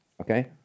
Okay